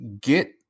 get